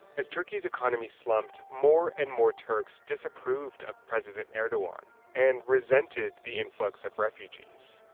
as turkey's economy slumped, more and more turks disapproved of president erdogan and resented the influx of refugees.